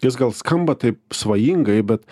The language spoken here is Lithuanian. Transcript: jis gal skamba taip svajingai bet